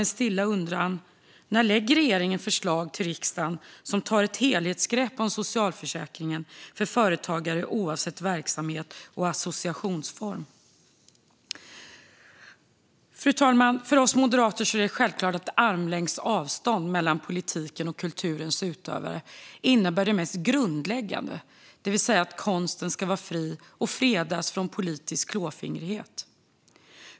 En stilla undran: När lägger regeringen fram förslag till riksdagen som tar ett helhetsgrepp om socialförsäkringen för företagare oavsett verksamhet och associationsform? Fru talman! För oss moderater är det självklart att armlängds avstånd mellan politiken och kulturens utövare innebär det mest grundläggande, det vill säga att konsten ska vara fri och fredad från politisk klåfingrighet.